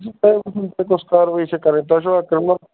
تُہۍ ؤنِو تۅہہِ کوٚس کاروٲیی چھَو کرٕنۍ تۄہہِ چھَوا کریمینل